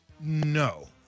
No